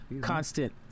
Constant